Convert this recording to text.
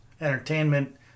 entertainment